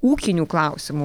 ūkinių klausimų